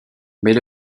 mais